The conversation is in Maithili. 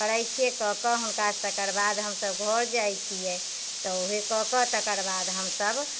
करैत छियै कऽ के हुनका तेकर बाद हमसब घर जाइत छियै तऽ ओहे कऽ के तेकर बाद हमसब